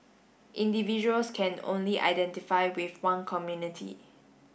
individuals can only identify with one community